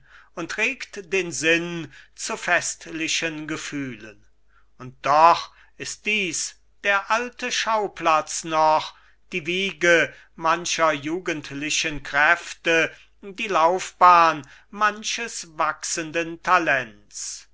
und regt den sinn zu festlichen gefühlen und doch ist dies der alte schauplatz noch die wiege mancher jugendlichen kräfte die laufbahn manches wachsenden talents